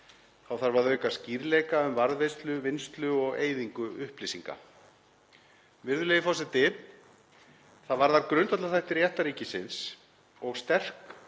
Þá þarf að auka sky?rleika um varðveislu, vinnslu og eyðingu upply?singa. Virðulegi forseti. Það varðar grundvallarþætti réttarríkisins og sterk